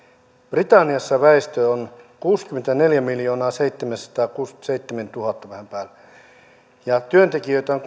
britanniassa väestöä on kuusikymmentäneljämiljoonaaseitsemänsataakuusikymmentäseitsemäntuhatta vähän päälle ja työntekijöitä on